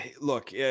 look